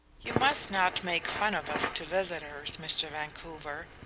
you must not make fun of us to visitors, mr. vancouver,